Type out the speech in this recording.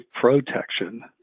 protection